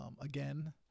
again